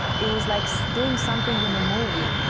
it was like so doing something in a movie,